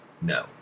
No